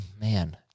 man